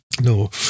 No